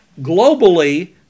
globally